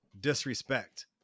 disrespect